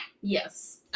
Yes